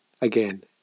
again